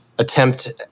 attempt